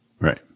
Right